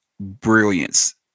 brilliance